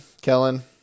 Kellen